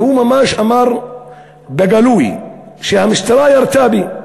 והוא ממש אמר בגלוי: המשטרה ירתה בי.